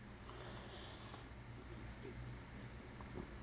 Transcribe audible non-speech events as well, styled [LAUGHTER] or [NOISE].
[BREATH]